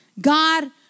God